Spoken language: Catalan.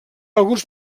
alguns